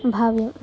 भाव्यम्